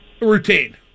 routine